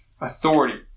authority